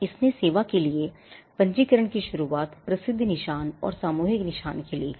इसने सेवा के लिए पंजीकरण की शुरुआत प्रसिद्ध निशान और सामूहिक निशान के लिए की